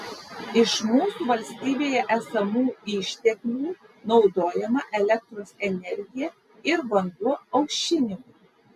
iš mūsų valstybėje esamų išteklių naudojama elektros energija ir vanduo aušinimui